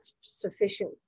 sufficient